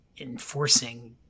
enforcing